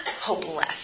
hopeless